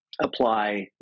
apply